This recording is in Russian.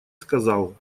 сказал